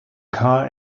car